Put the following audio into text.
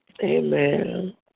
Amen